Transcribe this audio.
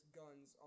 guns